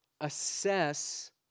assess